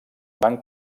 van